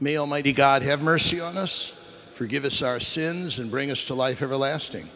male may god have mercy on us forgive us our sins and bring us to life everlasting